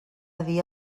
dia